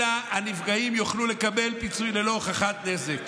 אלא שהנפגעים יוכלו לקבל פיצוי ללא הוכחת נזק,